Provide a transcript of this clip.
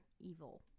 evil